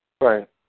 Right